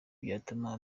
byatuma